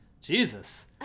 jesus